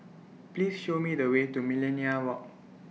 Please Show Me The Way to Millenia Walk